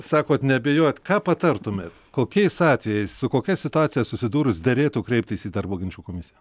sakot neabejot ką patartumėt kokiais atvejais su kokia situacija susidūrus derėtų kreiptis į darbo ginčų komisiją